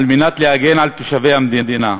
כדי להגן על תושבי המדינה.